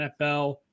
NFL